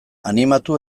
animatu